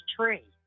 tree